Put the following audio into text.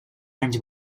anys